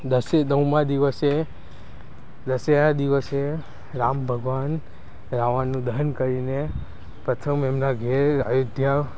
દસે નવમા દિવસે દશેરાના દિવસે રામ ભગવાન રાવણનું દહન કરીને પ્રથમ એમના ઘરે અયોધ્યા